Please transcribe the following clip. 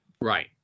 Right